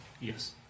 Yes